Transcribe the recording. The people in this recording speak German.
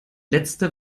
letzte